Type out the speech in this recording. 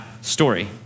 story